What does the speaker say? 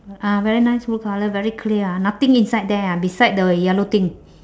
uh very nice blue colour very clear ah nothing inside there ah beside the yellow thing